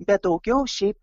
bet daugiau šiaip